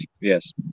Yes